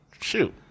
Shoot